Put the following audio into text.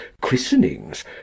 christenings